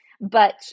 but-